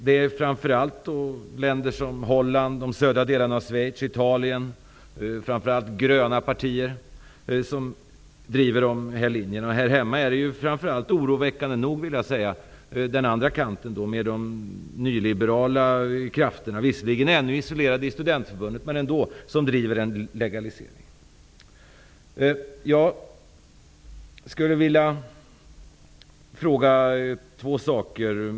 Det är framför allt gröna partier i Holland, de södra delarna av Schweiz och i Italien som driver den här linjen. Här hemma är det oroväckande nog med de nyliberala krafterna -- som visserligen ännu är isolerade i studentförbundet, men ändå -- som driver en legalisering.